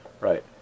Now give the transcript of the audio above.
Right